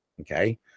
Okay